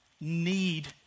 need